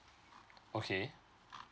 okay